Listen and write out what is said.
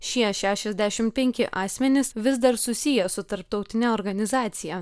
šie šešiasdešimt penki asmenys vis dar susiję su tarptautine organizacija